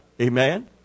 Amen